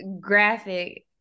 graphic